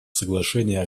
соглашения